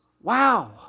Wow